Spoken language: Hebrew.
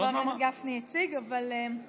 לעומת כשחבר הכנסת גפני הציג, אבל, בסדר.